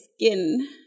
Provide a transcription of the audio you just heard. skin